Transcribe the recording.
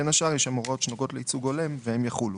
בין השאר יש שם הוראות שנוגעות לייצוג הולם והן יחולו.